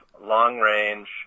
long-range